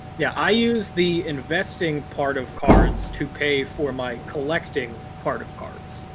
yeah. i use the investing part of cards to pay for my collecting part of cards.